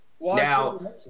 Now